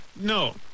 no